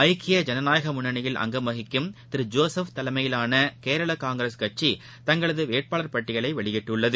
ஐக்கிய ஜனநாயக முண்ணனியில் அங்கம் வகிக்கும் திரு ஜோசப் தலைமையிலான கேரள காங்கிரஸ் கட்சி தங்களது வேட்பாளர் பட்டியலை வெளியிட்டுள்ளது